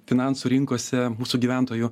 finansų rinkose mūsų gyventojų